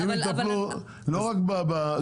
אם יטפלו לא רק במגדלים,